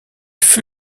fut